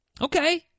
Okay